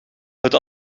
het